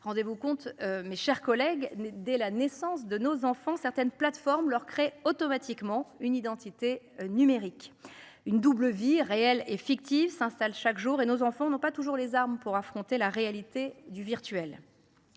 rendez vous compte. Mes chers collègues né dès la naissance de nos enfants, certaines plateformes leur crée automatiquement une identité numérique. Une double vie réelle et fictive s'installent chaque jour et nos enfants n'ont pas toujours les armes pour affronter la réalité du virtuel.